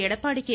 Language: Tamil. எடப்பாடி கே